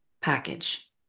package